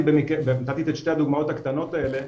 נתתי את שתי הדוגמאות הקטנות האלה,